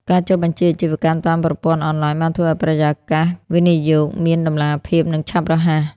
ការចុះបញ្ជីអាជីវកម្មតាមប្រព័ន្ធអនឡាញ បានធ្វើឱ្យបរិយាកាសវិនិយោគមានតម្លាភាព និងឆាប់រហ័ស។